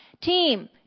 team